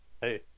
hey